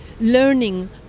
learning